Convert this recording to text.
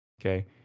Okay